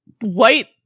white